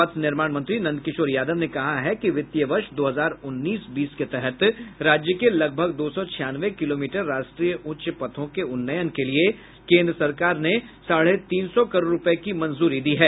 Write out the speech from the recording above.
पथ निर्माण मंत्री नंदकिशोर यादव ने कहा कि वित्तीय वर्ष दो हजार उन्नीस बीस के तहत राज्य के लगभग दो सौ छियानवे किलोमीटर राष्ट्रीय उच्च पथों के उन्नयन के लिए केन्द्र सरकार ने साढ़े तीन सौ करोड़ रुपये की मंजूरी दी है